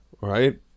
right